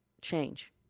change